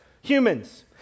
humans